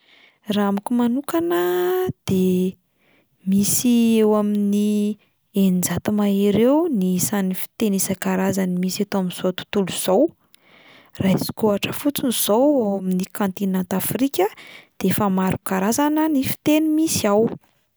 Raha amiko manokana de misy eo amin'ny eninjato mahery eo ny isan'ny fiteny isan-karazany misy eto amin'izao tontolo izao, raisiko ohatra fotsiny izao ao amin'ny kaontinanta Afrika de efa maro karazana ny fiteny misy ao.